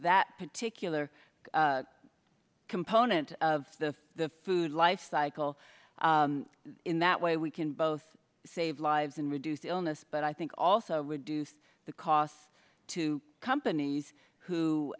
that particular component of the the food lifecycle in that way we can both save lives and reduce illness but i think also reduce the costs to companies who